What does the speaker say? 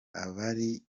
abari